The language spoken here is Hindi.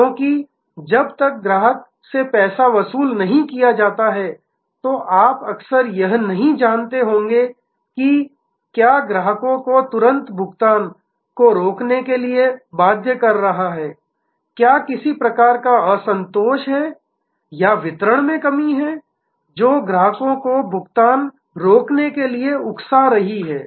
क्योंकि जब तक ग्राहक से पैसा वसूल नहीं किया जाता है तो आप अक्सर यह नहीं जानते होंगे कि क्या ग्राहकों को भुगतान को रोकने के लिए बाध्य कर रहा है क्या किसी प्रकार का असंतोष है या वितरण में कमी है जो ग्राहक को भुगतान रोकने के लिए उकसा रहा है